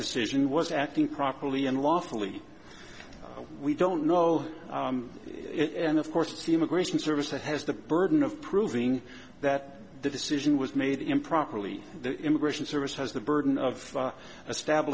decision was acting properly and lawfully we don't know it and of course the immigration service that has the burden of proving that the decision was made improperly the immigration service has the burden of a stab